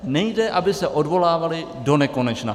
Nejde, aby se odvolávali donekonečna.